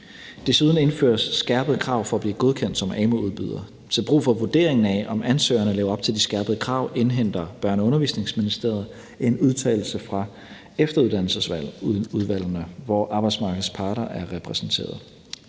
Desuden indføres der skærpede krav for at blive godkendt som amu-udbyder. Til brug for vurderingen af, om ansøgerne lever op til de skærpede krav, indhenter Børne- og Undervisningsministeriet en udtalelse fra efteruddannelsesudvalgene, hvor arbejdsmarkedets parter er repræsenteret.